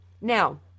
Now